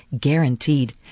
guaranteed